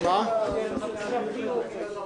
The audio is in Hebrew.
ימינה,